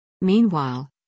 Meanwhile